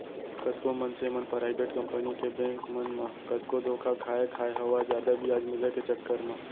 कतको मनसे मन पराइबेट कंपनी के बेंक मन म कतको धोखा खाय खाय हवय जादा बियाज मिले के चक्कर म